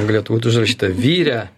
galėtų būt užrašyta vyre